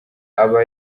aba